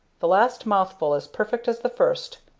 the last mouthful as perfect as the first.